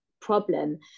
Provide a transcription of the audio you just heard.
problem